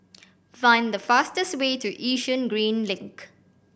find the fastest way to Yishun Green Link